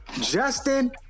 Justin